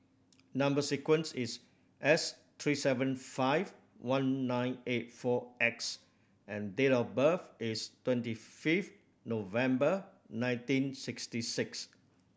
number sequence is S three seven five one nine eight four X and date of birth is twenty fifth November nineteen sixty six